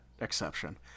exception